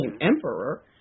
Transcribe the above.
emperor